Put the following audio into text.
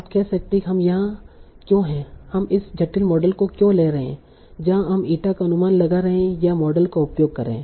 आप कह सकते हैं कि हम यहां क्यों हैं हम इस जटिल मॉडल को क्यों ले रहे हैं जहां हम ईटा का अनुमान लगा रहे हैं या मॉडल का उपयोग कर रहे हैं